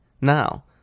Now